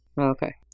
Okay